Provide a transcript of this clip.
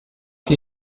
qui